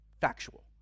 factual